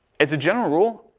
as a general rule,